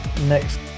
next